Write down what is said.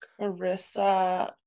Carissa